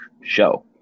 show